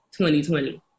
2020